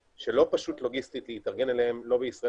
תוך כמה זמן נדע הרי החיסונים ייצאו מתישהו לאחר